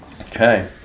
Okay